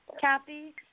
Kathy